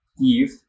Eve